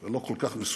זה לא כל כך מסובך.